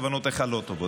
יקבל את השיקולים שלו,